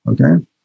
okay